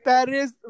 Paris